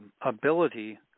ability